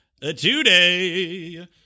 today